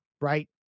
right